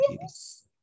yes